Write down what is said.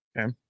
Okay